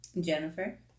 Jennifer